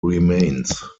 remains